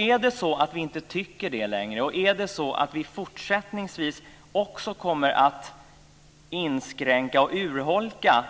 Är det så att vi inte tycker det längre, och är det så att vi fortsättningsvis också kommer att inskränka och urholka